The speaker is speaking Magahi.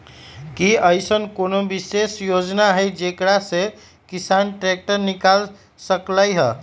कि अईसन कोनो विशेष योजना हई जेकरा से किसान ट्रैक्टर निकाल सकलई ह?